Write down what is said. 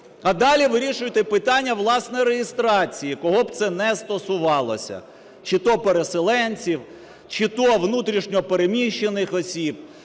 а далі вирішуйте питання, власне, реєстрації, кого б це не стосувалося. Чи-то переселенців, чи-то внутрішньо переміщених осіб,